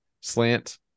slant